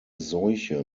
seuche